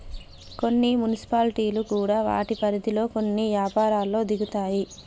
కొన్ని మున్సిపాలిటీలు కూడా వాటి పరిధిలో కొన్ని యపారాల్లో దిగుతాయి